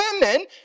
women